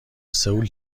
سئول